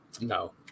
No